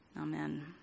Amen